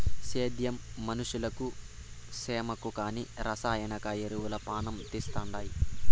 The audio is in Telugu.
సేద్యం మనుషులకు సేమకు కానీ రసాయన ఎరువులు పానం తీస్తండాయి